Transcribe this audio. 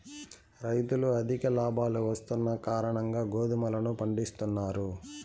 రైతులు అధిక లాభాలు వస్తున్న కారణంగా గోధుమలను పండిత్తున్నారు